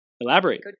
elaborate